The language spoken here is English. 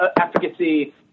efficacy